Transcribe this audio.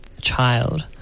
child